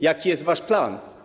Jaki jest wasz plan?